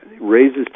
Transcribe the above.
raises